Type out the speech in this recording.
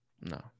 No